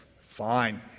Fine